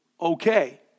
okay